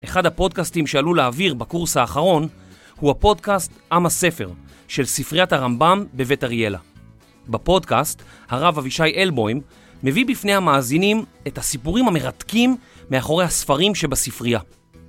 אחד הפודקאסטים שעלול להעביר בקורס האחרון הוא הפודקאסט עם הספר של ספריית הרמב״ם בבית אריאלה. בפודקאסט הרב אבישי אלבוים מביא בפני המאזינים את הסיפורים המרתקים מאחורי הספרים שבספרייה.